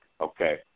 Okay